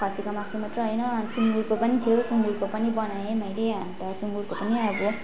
खसीको मासु मात्र होइन सुँगुरको पनि थियो सुँगुरको पनि बनाएँ मेलै अन्त सुँगुरको पनि अब